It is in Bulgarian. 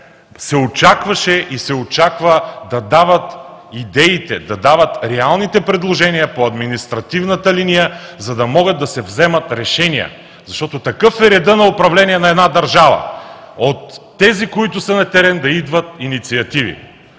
се очакваше и се очаква да дават идеите, да дават реалните предложения по административната линия, за да могат да се вземат решения, защото такъв е реда на управление на една държава – от тези, които са на терен, да идват инициативи.